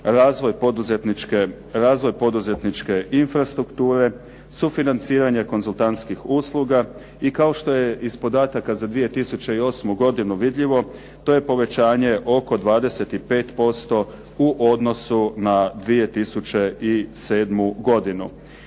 razvoj poduzetničke infrastrukture, sufinanciranje konzultantskih usluga i kao što je iz podataka za 2008. godinu vidljivo to je povećanje oko 25% u odnosu na 2007. godinu.